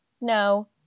No